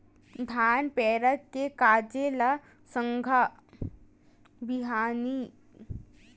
धान पेरा के गांजे ल संझा बिहनियां बेरा बेरा म गाय गरुवा ल ओखर चारा के हिसाब ले बरोबर देय बर परथे